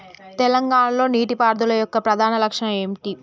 తెలంగాణ లో నీటిపారుదల యొక్క ప్రధాన లక్ష్యం ఏమిటి?